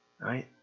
right